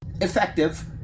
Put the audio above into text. effective